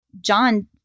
John